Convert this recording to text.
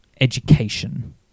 education